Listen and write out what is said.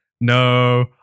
No